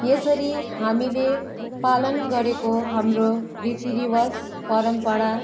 यसरी हामीले पालन गरेको हाम्रो रीतिरिवाज परम्परा